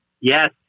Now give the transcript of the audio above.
Yes